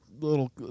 little